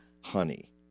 honey